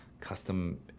custom